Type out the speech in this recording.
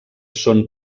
són